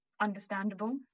understandable